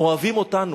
אוהבים אותנו,